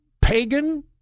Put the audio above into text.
pagan